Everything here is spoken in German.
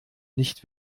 nicht